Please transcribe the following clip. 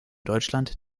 deutschland